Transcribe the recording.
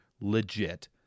legit